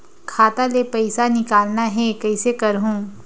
खाता ले पईसा निकालना हे, कइसे करहूं?